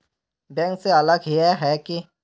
Bank से अलग हिये है की?